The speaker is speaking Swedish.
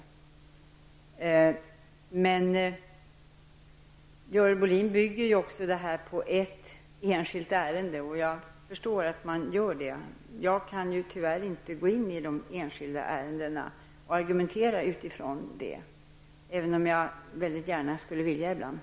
Görel Bohlin bygger sin fråga på ett enskilt ärende, och jag har förståelse för detta. Jag kan tyvärr inte gå in i de enskilda ärendena och argumentera utifrån dem, även om jag ibland från den här talarstolen väldigt gärna skulle vilja göra det.